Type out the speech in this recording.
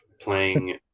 playing